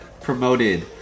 promoted